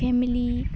family